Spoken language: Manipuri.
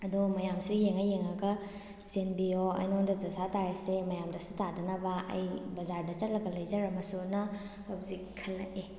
ꯑꯗꯣ ꯃꯌꯥꯝꯁꯨ ꯌꯦꯡꯉ ꯌꯦꯡꯉꯒ ꯆꯦꯟꯕꯤꯌꯣ ꯑꯩꯉꯣꯟꯗ ꯗꯁꯥ ꯇꯥꯔꯤꯁꯦ ꯃꯌꯥꯝꯗꯁꯨ ꯇꯥꯗꯅꯕ ꯑꯩ ꯕꯖꯥꯔꯗ ꯆꯠꯂꯒ ꯂꯩꯖꯔꯝꯃꯁꯨꯅ ꯍꯧꯖꯤꯛ ꯈꯜꯂꯛꯑꯦ